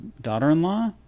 daughter-in-law